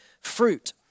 fruit